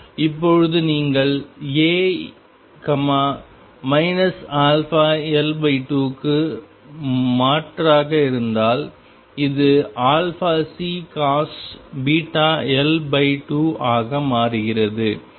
இப்போது நீங்கள் A αL2 க்கு மாற்றாக இருந்தால் இது αCcos βL2 ஆக மாறுகிறது